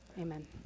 Amen